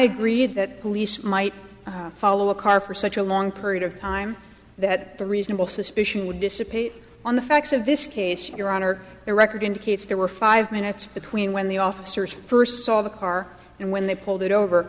agreed that police might follow a car for such a long period of time that the reasonable suspicion would dissipate on the facts of this case your honor the record indicates there were five minutes between when the officers first saw the car and when they pulled it over